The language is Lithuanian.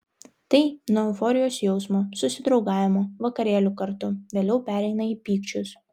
tai nuo euforijos jausmo susidraugavimo vakarėlių kartu vėliau pereina į pykčius